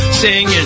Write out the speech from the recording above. singing